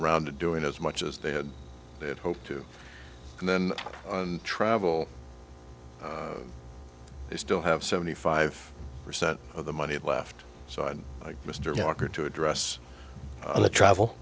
around to doing as much as they had they had hoped to and then on travel they still have seventy five percent of the money left so i'd like mr walker to address the travel